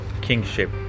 kingship